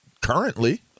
currently